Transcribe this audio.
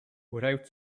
without